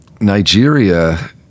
Nigeria